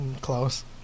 Close